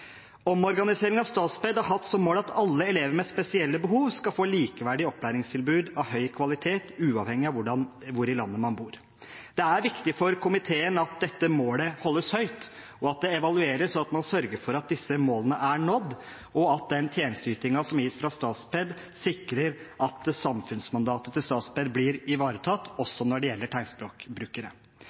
av Statped har hatt som mål at alle elever med spesielle behov skal få likeverdige opplæringstilbud av høy kvalitet, uavhengig av hvor i landet man bor. Det er viktig for komiteen at dette målet holdes høyt, at det evalueres, og at man sørger for at disse målene er nådd, og at den tjenesteytingen som gis fra Statped, sikrer at samfunnsmandatet til Statped blir ivaretatt, også når det gjelder tegnspråkbrukere.